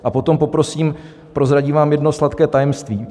A potom poprosím prozradím vám jedno sladké tajemství.